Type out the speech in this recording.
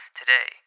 today